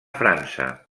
frança